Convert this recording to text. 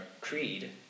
creed